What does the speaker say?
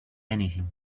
anything